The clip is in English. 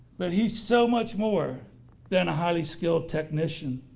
but he's so much more than a highly skilled technician.